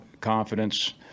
confidence